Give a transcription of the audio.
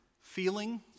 feeling